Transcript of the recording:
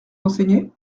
d’enseigner